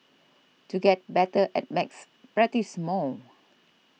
to get better at maths practise more